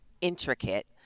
intricate